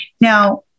Now